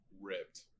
ripped